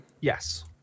Yes